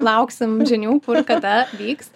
lauksim žinių kada vyks